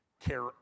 care